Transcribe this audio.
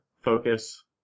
focus